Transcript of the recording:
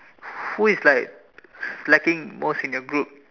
who is like slacking most in your group